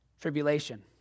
tribulation